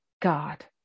God